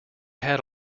had